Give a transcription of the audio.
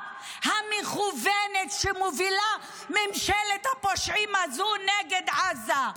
המכוונת שמובילה ממשלת הפושעים הזאת נגד עזה.